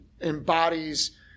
embodies